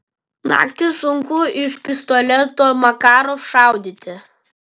naktį sunku iš pistoleto makarov šaudyti